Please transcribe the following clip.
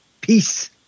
Peace